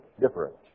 different